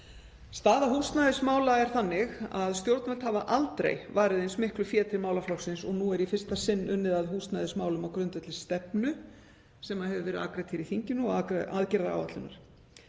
Staða húsnæðismála er þannig að stjórnvöld hafa aldrei varið eins miklu fé til málaflokksins og er nú í fyrsta sinn unnið að húsnæðismálum á grundvelli stefnu, sem hefur verið afgreidd hér í þinginu, og aðgerðaáætlunar.